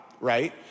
right